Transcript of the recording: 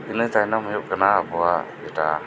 ᱤᱱᱟᱹ ᱛᱟᱭᱱᱚᱢ ᱦᱩᱭᱩᱜ ᱠᱟᱱᱟ ᱟᱵᱩᱣᱟᱜ ᱡᱮᱴᱟ